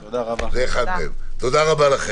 לכם,